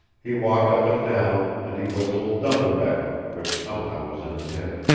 he walked up and down and he whistled dunderbeck, which somehow was in his head.